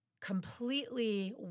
completely